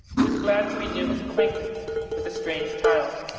who was glad to renew his acquaintance with the strange child.